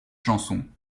chansons